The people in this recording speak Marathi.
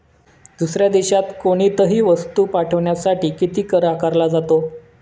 दुसऱ्या देशात कोणीतही वस्तू पाठविण्यासाठी किती कर आकारला जातो?